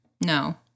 No